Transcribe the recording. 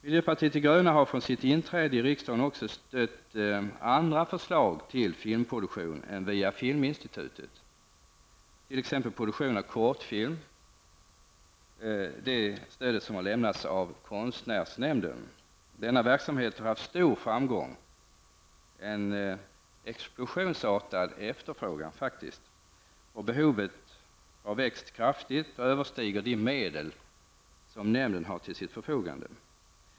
Miljöpartiet de gröna har efter sitt inträde i riksdagen också gett sitt stöd åt andra förslag till filmproduktion än via Filminstitutet, t.ex. produktion av kortfilm. Det stödet har lämnats av Konstnärsnämnden. Denna verksamhet har haft stor framgång, och efterfrågan på kortfilmer har faktiskt varit explosionsartad. Behovet av produktion av kortfilmer har vuxit kraftigt, och kostnaderna överstiger de medel som har ställts till förfogande.